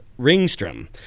ringstrom